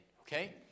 Okay